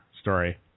story